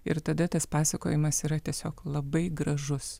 ir tada tas pasakojimas yra tiesiog labai gražus